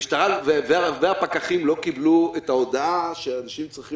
המשטרה והפקחים לא קיבלו את ההודעה שאנשים עם צרכים